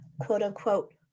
quote-unquote